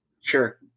Sure